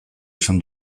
esan